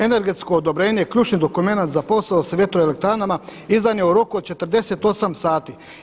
Energetsko odobrenje je ključni dokument za posao sa vjetroelektranama, izdan je u roku od 48 sati.